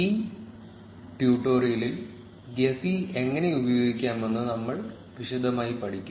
ഈ ട്യൂട്ടോറിയലിൽ ഗെഫി എങ്ങനെ ഉപയോഗിക്കാമെന്ന് നമ്മൾ വിശദമായി പഠിക്കും